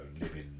living